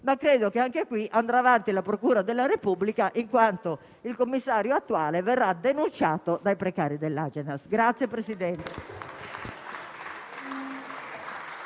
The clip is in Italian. ma credo che anche qui andrà avanti la procura della Repubblica, in quanto il commissario attuale verrà denunciato dai precari dell'Agenas.